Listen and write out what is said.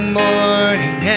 morning